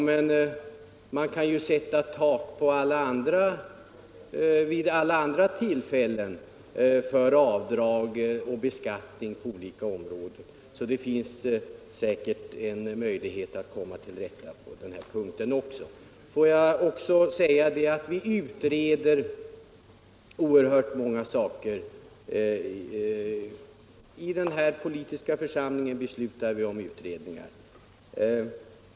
Men man kan ju vid alla andra tillfällen sätta ett tak för avdrag och beskattning på olika områden, och då är det säkert möjligt att komma till rätta med den saken även i det här fallet. Vi beslutar ju i denna politiska församling om oerhört många utredningar.